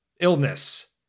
illness